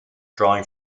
drawing